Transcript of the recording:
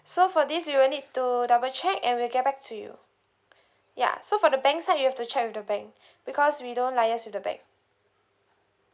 so for this we will need to double check and we'll get back to you yeah so for the bank's side you have to check with the bank because we don't liaise with the bank